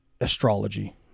astrology